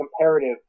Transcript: comparative